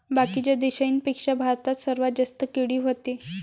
बाकीच्या देशाइंपेक्षा भारतात सर्वात जास्त केळी व्हते